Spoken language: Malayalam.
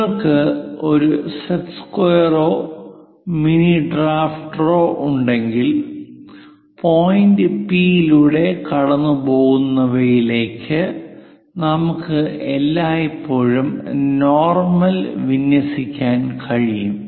നിങ്ങൾക്ക് ഒരു സെറ്റ് സ്ക്വയറുകളോ മിനി ഡ്രാഫ്റ്ററോ ഉണ്ടെങ്കിൽ പോയിന്റ് പി ലൂടെ കടന്നുപോകുന്നവയിലേക്ക് നിങ്ങൾക്ക് എല്ലായ്പ്പോഴും നോർമൽ വിന്യസിക്കാൻ കഴിയും